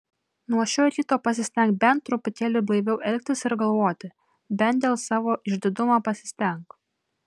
nuo šio ryto pasistenk bent truputėlį blaiviau elgtis ir galvoti bent dėl savo išdidumo pasistenk